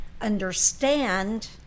understand